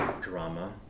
drama